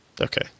okay